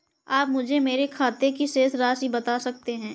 आप मुझे मेरे खाते की शेष राशि बता सकते हैं?